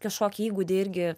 kažkokį įgūdį irgi